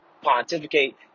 pontificate